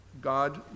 God